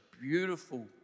beautiful